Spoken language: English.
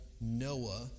Noah